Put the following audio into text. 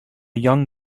young